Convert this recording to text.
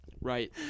right